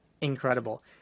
incredible